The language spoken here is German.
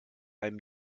einem